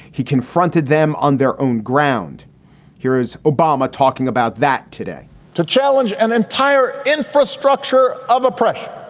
he confronted them on their own ground here is obama talking about that today to challenge an entire infrastructure of oppression